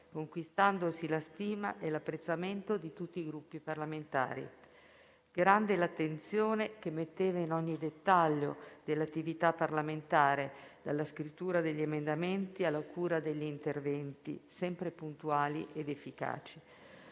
conquistandosi la stima e l'apprezzamento di tutti i Gruppi parlamentari. Grande era l'attenzione che metteva in ogni dettaglio dell'attività parlamentare: dalla scrittura degli emendamenti alla cura degli interventi, sempre puntuali ed efficaci.